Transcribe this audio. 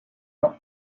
not